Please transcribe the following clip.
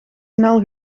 snel